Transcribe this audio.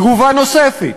תגובה נוספת: